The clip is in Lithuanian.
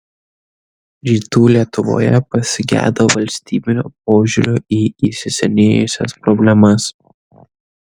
rytų lietuvoje pasigedo valstybinio požiūrio į įsisenėjusias problemas